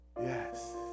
Yes